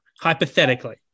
hypothetically